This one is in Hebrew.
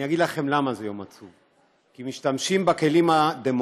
אני אגיד לכם למה זה יום עצוב: כי משתמשים בכלים הדמוקרטיים,